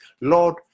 lord